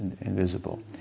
invisible